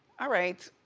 all right.